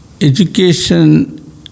education